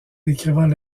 décrivant